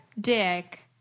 Dick